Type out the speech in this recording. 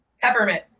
Peppermint